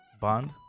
Bond